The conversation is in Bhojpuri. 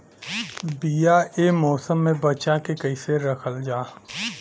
बीया ए मौसम में बचा के कइसे रखल जा?